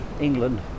england